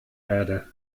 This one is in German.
erde